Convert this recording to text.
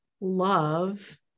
love